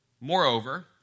Moreover